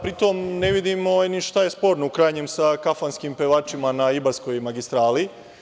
Pritom, ne vidim šta je sporno, u krajnjem, sa kafanskim pevačima na Ibarskoj magistrali.